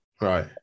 right